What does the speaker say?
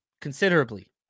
considerably